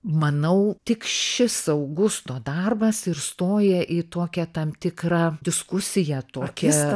manau tik šis augusto darbas ir stoja į tokią tam tikrą diskusiją tokią